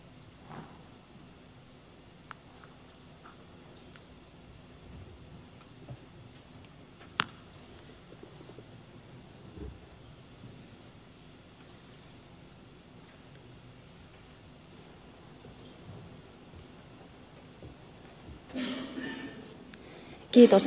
arvoisa puhemies